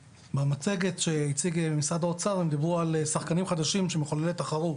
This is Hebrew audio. במצגת שהציג משרד האוצר הם דיברו על שחקנים חדשים של מחוללי תחרות.